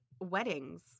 weddings